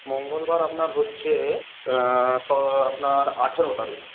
মঙ্গলবার আপনার হচ্ছে স আপনার আঠেরো তারিখ